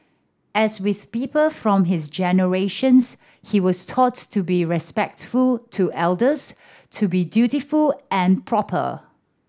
as with people from his generations he was taught to be respectful to elders to be dutiful and proper